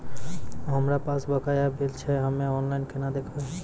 हमरा पास बकाया बिल छै हम्मे ऑनलाइन केना देखबै?